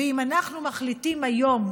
ואם אנחנו מחליטים היום,